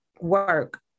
work